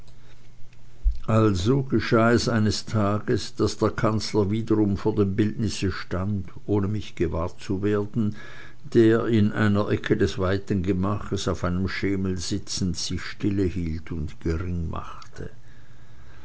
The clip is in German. also geschah es eines tages daß der kanzler wiederum vor dem bildnisse stand ohne mich gewahr zu werden der in einer ecke des weiten gemaches auf einem schemel sitzend sich stille hielt und gering machte